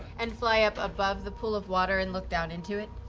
and fly up above the pool of water and look down into it?